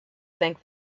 think